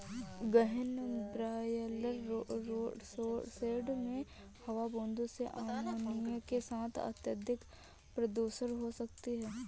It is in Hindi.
गहन ब्रॉयलर शेड में हवा बूंदों से अमोनिया के साथ अत्यधिक प्रदूषित हो सकती है